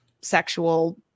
sexual